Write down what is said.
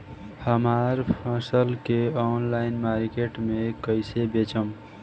हमार फसल के ऑनलाइन मार्केट मे कैसे बेचम?